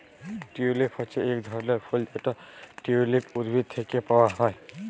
tulip হচ্যে এক ধরলের ফুল যেটা টিউলিপ উদ্ভিদ থেক্যে পাওয়া হ্যয়